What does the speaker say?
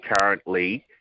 currently